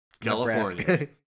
California